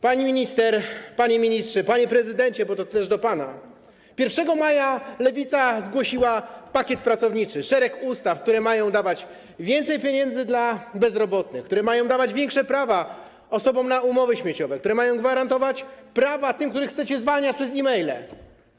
Pani minister, panie ministrze, panie prezydencie, bo to też do pana, 1 maja Lewica zgłosiła pakiet pracowniczy, szereg ustaw, które mają dawać więcej pieniędzy bezrobotnym, które mają dawać większe prawa osobom na umowy śmieciowe, które mają gwarantować prawa tym, których chcecie zwalniać przez e-maile.